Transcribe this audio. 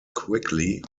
quickly